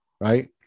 Right